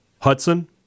Hudson